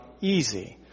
easy